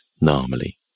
normally